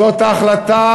זאת החלטה